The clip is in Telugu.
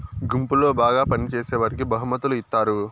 గుంపులో బాగా పని చేసేవాడికి బహుమతులు ఇత్తారు